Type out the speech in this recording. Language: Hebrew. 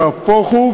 נהפוך הוא.